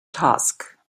task